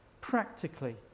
practically